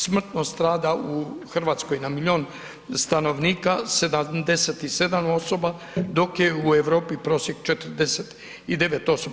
Smrtno strada u Hrvatskoj na milijun stanovnika 77 osoba dok je u Europi prosjek 49 osoba.